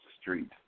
street